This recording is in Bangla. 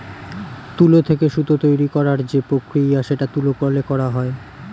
তুলো থেকে সুতো তৈরী করার যে প্রক্রিয়া সেটা তুলো কলে করা হয়